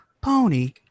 pony